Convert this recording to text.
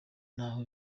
n’aho